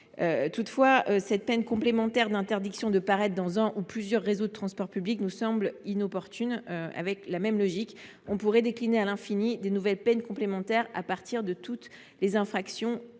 Toutefois, cette peine complémentaire d’interdiction de paraître dans un ou plusieurs réseaux de transport public nous semble inopportune. C’est la même logique qui prévaut. En effet, on pourrait décliner à l’infini de nouvelles peines complémentaires à partir de toutes les infractions